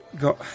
Got